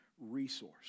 resource